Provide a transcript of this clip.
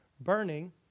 burning